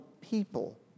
people